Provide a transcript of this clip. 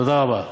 תודה רבה.